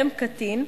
שבהם קטין,